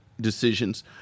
decisions